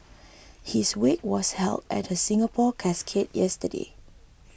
his wake was held at the Singapore Casket yesterday